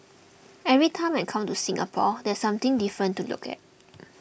every time I come to Singapore there's something different to look at